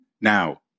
Now